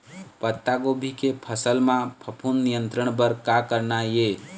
पत्तागोभी के फसल म फफूंद नियंत्रण बर का करना ये?